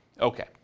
Okay